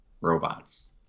robots